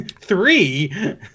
Three